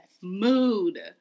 mood